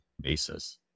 basis